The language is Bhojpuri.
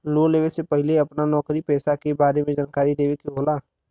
लोन लेवे से पहिले अपना नौकरी पेसा के बारे मे जानकारी देवे के होला?